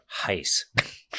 Heist